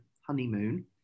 honeymoon